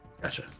Gotcha